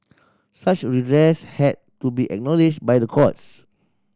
such redress had to be acknowledged by the courts